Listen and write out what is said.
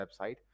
website